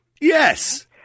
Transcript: Yes